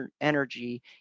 energy